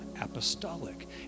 apostolic